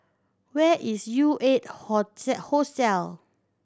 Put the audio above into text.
where is U Eight Hostel